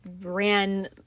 ran